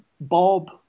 Bob